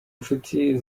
nshuti